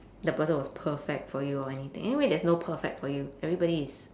the person was perfect for you or anything anyway there's no perfect for you everybody is